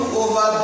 over